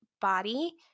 body